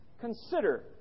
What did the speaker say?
Consider